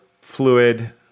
fluid